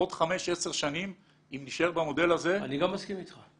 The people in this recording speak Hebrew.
עוד חמש-עשר שנים אם נישאר במודל הזה --- אני לא מסכים איתך.